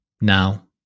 now